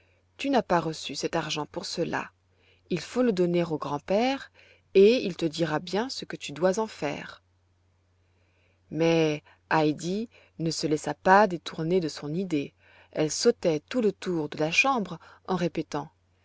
tu n'as pas reçu cet argent pour cela il faut le donner au grand-père et il te dira bien ce que tu dois en faire mais heidi ne se laissa pas détourner de son idée elle sautait tout le tour de la chambre en répétant